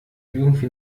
irgendwie